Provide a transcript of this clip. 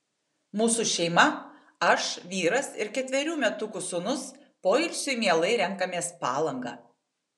mūsų šeima aš vyras ir ketverių metukų sūnus poilsiui mielai renkamės palangą